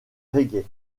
reggae